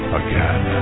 again